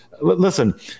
Listen